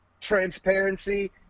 transparency